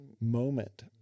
moment